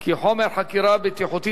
כי חומר חקירה בטיחותית,